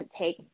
take